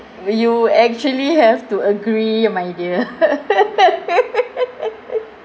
you actually have to agree you my dear